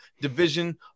Division